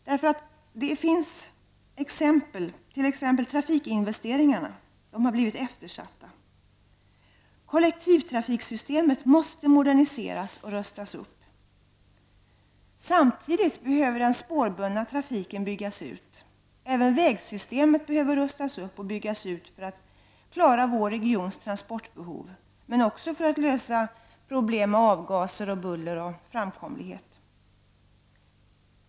Det finns många exempel. T.ex. trafikinvesteringarna har blivit eftersatta. Kollektivtrafiksystemet måste moderniseras och rustas upp. Samtidigt behöver den spårbundna trafiken byggas ut. Även vägsystemet behöver rustas upp och byggas ut för att klara vår regions transportbehov, men också för att lösa problem med avgaser, buller och framkomlighet.